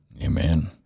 Amen